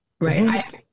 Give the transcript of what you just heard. right